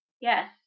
Yes